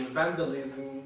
vandalism